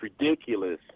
ridiculous